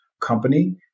company